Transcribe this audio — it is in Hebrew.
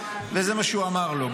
וזה מה שהוא אמר לו,